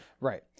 Right